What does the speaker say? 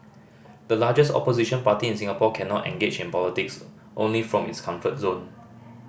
the largest opposition party in Singapore cannot engage in politics only from its comfort zone